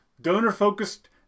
donor-focused